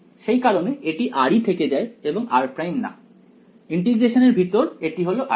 সেই কারণে এটি r ই থেকে যায় এবং r' না ইন্টিগ্রেশন এর ভিতর এটি হলো r'